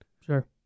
Sure